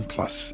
Plus